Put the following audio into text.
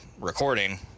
recording